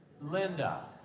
Linda